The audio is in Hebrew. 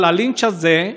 אבל הלינץ' הזה,